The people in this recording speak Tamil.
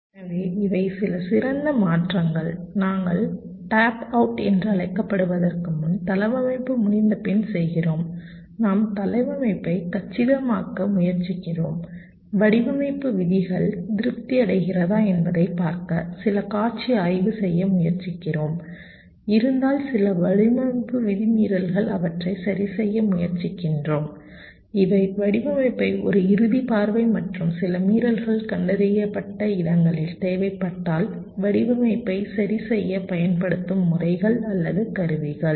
எனவே இவை சில சிறந்த மாற்றங்கள் நாங்கள் டேப்அவுட் என்று அழைக்கப்படுவதற்கு முன்பு தளவமைப்பு முடிந்தபின் செய்கிறோம் நாம் தளவமைப்பைக் கச்சிதமாக்க முயற்சிக்கிறோம் வடிவமைப்பு விதிகள் திருப்தியடைகிறதா என்பதைப் பார்க்க சில காட்சி ஆய்வு செய்ய முயற்சிக்கிறோம் இருந்தால் சில வடிவமைப்பு விதி மீறல்கள் அவற்றை சரிசெய்ய முயற்சிக்கிறோம் இவை வடிவமைப்பை ஒரு இறுதி பார்வை மற்றும் சில மீறல்கள் கண்டறியப்பட்ட இடங்களில் தேவைப்பட்டால் வடிவமைப்பை சரி செய்ய பயன்படுத்தும் முறைகள் அல்லது கருவிகள்